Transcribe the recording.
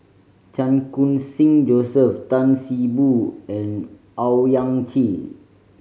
Chan Khun Sing Joseph Tan See Boo and Owyang Chi